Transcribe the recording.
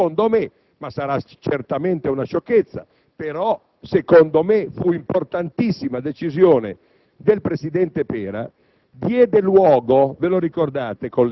questa importantissima - sarà certamente una sciocchezza, però secondo me fu importantissima - decisione del presidente Pera